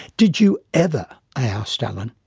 did you ever i asked alan,